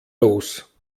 los